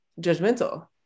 judgmental